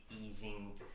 easing